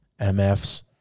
MFs